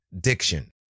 diction